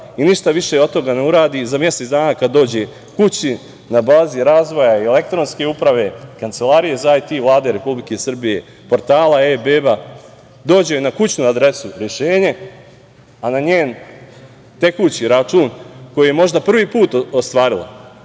i ništa više od toga ne uradi. Za mesec dana kad dođe kući, na bazi razvoja elektronske uprave, Kancelarije za IT Vlade Republike Srbije, portala „e-beba“, dođe na kućnu adresu rešenje, a na njen tekući račun koji je možda prvi put ostvarila